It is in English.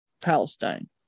Palestine